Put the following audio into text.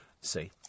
see